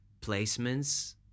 placements